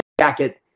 Jacket